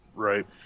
right